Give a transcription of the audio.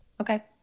Okay